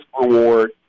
reward